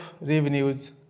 revenues